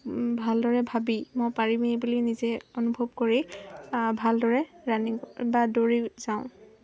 ভালদৰে ভাবি মই পাৰিমেই বুলি নিজে অনুভৱ কৰি ভালদৰে ৰানিং বা দৌৰি যাওঁ